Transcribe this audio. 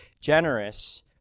generous